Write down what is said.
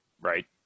right